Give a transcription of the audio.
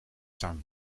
staan